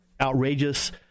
outrageous